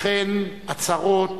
וכן עצרות,